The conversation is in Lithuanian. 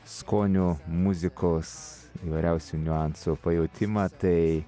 skonių muzikos įvairiausių niuansų pajautimą tai